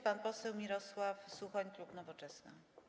Pan poseł Mirosław Suchoń, klub Nowoczesna.